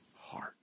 heart